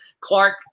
Clark